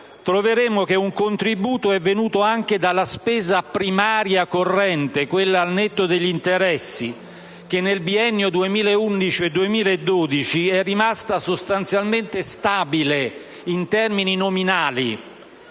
troveremo che un contributo è venuto anche dalla spesa primaria corrente, quella al netto degli interessi: nel biennio 2011-2012 è rimasta sostanzialmente stabile in termini nominali.